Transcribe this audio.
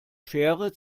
schere